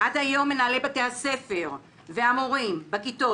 עד היום מנהלי בתי הספר והמורים בכיתות